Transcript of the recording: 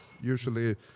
usually